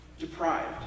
Deprived